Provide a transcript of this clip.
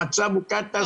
המצב הוא קטסטרופה.